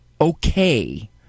okay